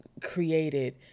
created